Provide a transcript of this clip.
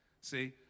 See